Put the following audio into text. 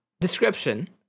Description